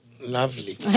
Lovely